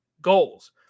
goals